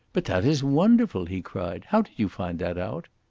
but that is wonderful! he cried. how did you find that out?